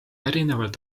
erinevalt